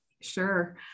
Sure